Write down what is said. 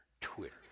Twitter